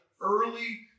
early